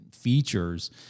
features